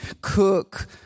cook